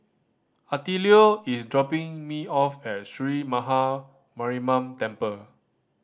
Attilio is dropping me off at Sree Maha Mariamman Temple